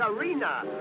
arena